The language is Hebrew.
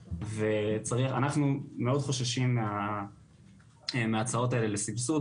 ואנחנו מאוד חוששים מההצעות האלה לסבסוד,